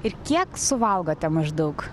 ir kiek suvalgote maždaug